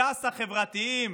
ש"ס החברתיים,